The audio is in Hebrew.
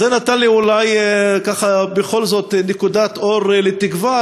אז זה נתן לי אולי בכל זאת נקודת אור לתקווה,